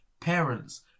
Parents